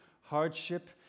hardship